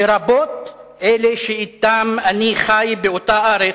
לרבות אלה שאתן אני חי באותה ארץ,